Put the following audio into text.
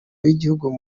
w’igihugu